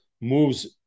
moves